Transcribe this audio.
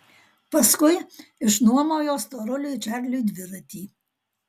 paskui išnuomojo storuliui čarliui dviratį